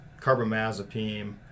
carbamazepine